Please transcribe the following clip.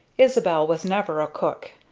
isabel was never a cook.